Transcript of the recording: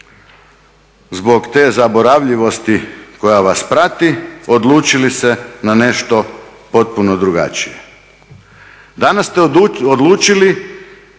zbog te zaboravljivosti koja vas prati odlučili se na nešto potpuno drugačije. Danas ste odlučili